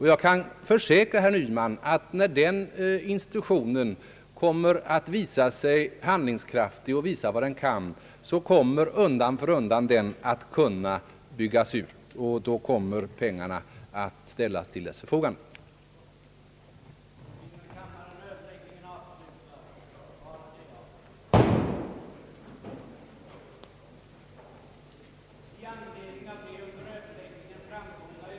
Jag kan försäkra herr Nyman att när den institutionen visar handlingskraft och vad den förmår kommer den undan för undan att byggas ut och pengar att ställas till dess förfogande. att ersättningsfastighet skulle anses jämförlig med den avyttrade fastigheten även om fastigheterna icke vore av samma beskattningsnatur, i den mån de icke kunde anses besvarade genom vad utskottet i betänkandet anfört.